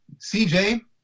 CJ